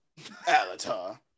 Alatar